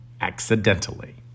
accidentally